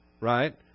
right